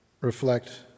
reflect